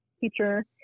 teacher